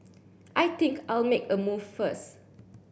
I think I'll make a move first